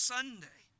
Sunday